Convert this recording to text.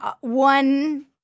one